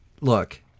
Look